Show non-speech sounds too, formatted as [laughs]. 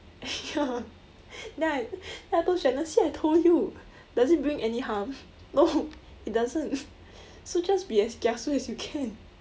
[laughs] ya then I then I told shannon see I told you does it bring any harm no it doesn't so just be as kiasu as you can